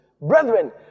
Brethren